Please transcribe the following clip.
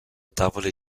tavole